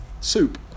soup